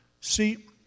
See